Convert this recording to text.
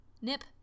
nip